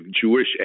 Jewish